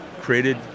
created